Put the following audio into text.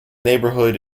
neighbourhood